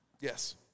Yes